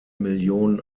million